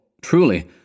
Truly